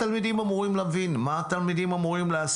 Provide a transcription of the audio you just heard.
מה התלמידים אמורים להבין?